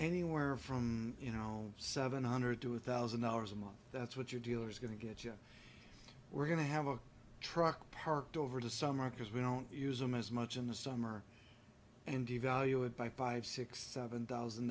anywhere from you know seven hundred to one thousand dollars a month that's what your dealer's going to get you we're going to have a truck parked over the summer because we don't use them as much in the summer and devalue it by five six seven thousand